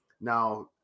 Now